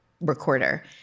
recorder